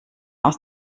aus